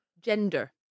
Gender